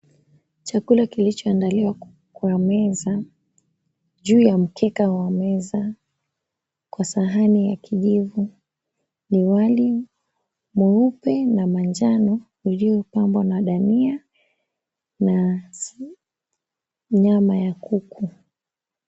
Chakula kilichoandaliwa kwa meza. Juu ya mkeka wa meza kwa sahani ya kijivu. Ni wali mweupe na manjano iliyopambwa na dania na si nyama ya kuku.